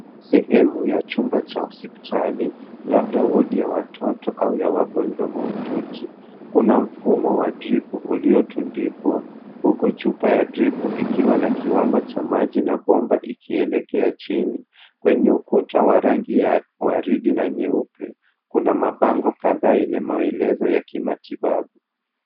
Sehemu ya chumba cha hospitali labda wodi ya watoto au ya wagonjwa mahututi. Kuna mfumo wa dripu uliotundikwa, huku chupa ya dripu ikiwa na kiwango cha maji na bomba ikielekea chini. kwenye ukuta ya rangi ya waridi na nyeupe kuna mabango kadhaa yenye maelezo ya kimatibabu.